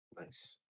Nice